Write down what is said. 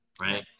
right